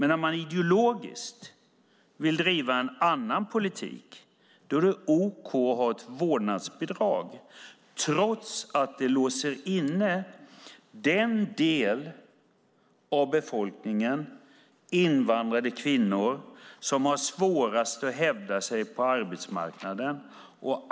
När man ideologiskt vill driva en annan politik är det dock okej att ha ett vårdnadsbidrag, trots att det låser inne den del av befolkningen - invandrade kvinnor - som har svårast att hävda sig på arbetsmarknaden.